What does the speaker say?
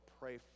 pray